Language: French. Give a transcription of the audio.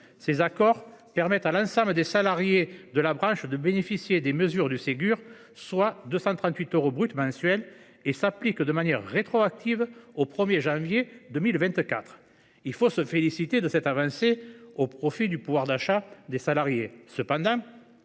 Ces accords permettent à l’ensemble des salariés de la branche de bénéficier des mesures du Ségur – soit 238 euros brut mensuels – et s’appliquent de manière rétroactive au 1 janvier 2024. Il faut se féliciter de cette avancée au profit du pouvoir d’achat des salariés.